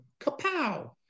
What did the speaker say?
kapow